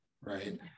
right